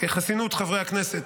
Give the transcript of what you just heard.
חסינות חברי הכנסת,